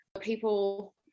People